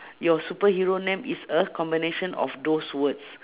your superhero name is a combination of those words